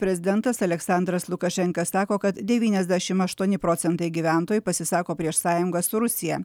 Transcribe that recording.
prezidentas aleksandras lukašenka sako kad devyniasdešim aštuoni procentai gyventojų pasisako prieš sąjungą su rusija